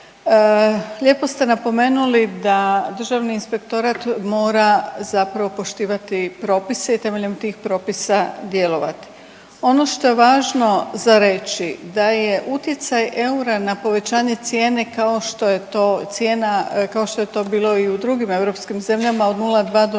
Lijepo ste napomenuli da državni inspektorat mora zapravo poštivati propise i temeljem tih propisa djelovat. Ono što je važno za reći da je utjecaj eura na povećanje cijene kao što je to cijena, kao što je to bilo i u drugim europskim zemljama od 0,2 do 0,4%,